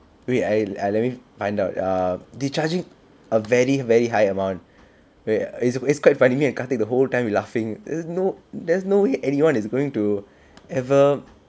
wait ah let me find out err they charging a very very high amount where it's it's quite funny me and karthik the whole time we laughing there's no there's no way anyone is going to ever